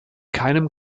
keinem